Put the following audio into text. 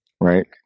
Right